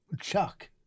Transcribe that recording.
Chuck